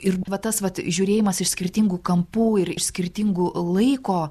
ir va tas vat žiūrėjimas iš skirtingų kampų ir iš skirtingų laiko